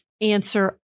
answer